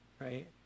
right